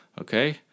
Okay